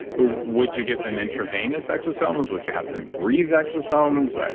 but would you give them intravenous exosomes? would you have them breathe exosomes?